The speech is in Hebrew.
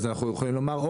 אז אנחנו יכולים לומר,